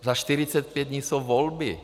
Za 45 dní jsou volby.